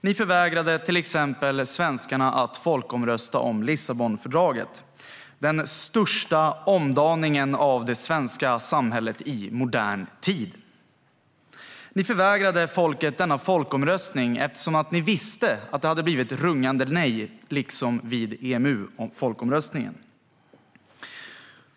Ni förvägrade till exempel svenskarna att folkomrösta om Lissabonfördraget, den största omdaningen av det svenska samhället i modern tid. Ni förvägrade folket denna folkomröstning eftersom ni visste att det hade blivit ett rungande nej, precis som det blev vid EMU-folkomröstningen.